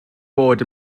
bod